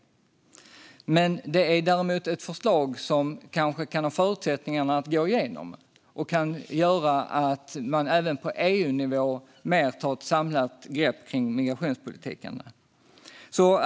Men det är ett förslag som kanske kan ha förutsättningar att gå igenom och som kan göra att man även på EU-nivå tar ett mer samlat grepp kring migrationspolitiken.